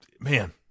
man